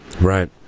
Right